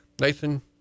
Nathan